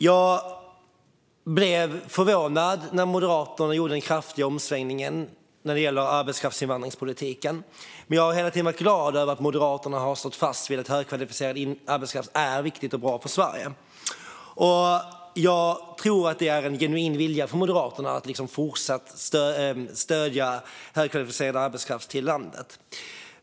Jag blev förvånad när Moderaterna gjorde sin kraftiga omsvängning i arbetskraftsinvandringspolitiken, men jag har hela tiden varit glad över att Moderaterna har stått fast vid att högkvalificerad arbetskraft är viktigt och bra för Sverige. Jag tror att det är en genuin vilja från Moderaternas sida att fortsatt stödja högkvalificerad arbetskraft i landet.